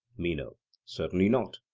meno certainly not.